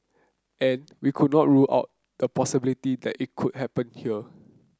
and we could not rule out the possibility that it could happen here